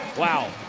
wow.